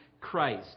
Christ